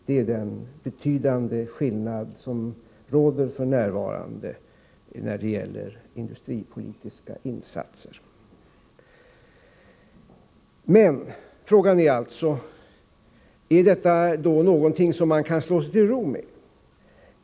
Det är den betydande skillnad som gäller vid nu aktuella industripolitiska insatser. Frågan är alltså: Är detta då någonting man kan slå sig till ro med?